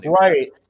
Right